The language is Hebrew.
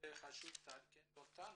חשוב שתעדכני אותנו.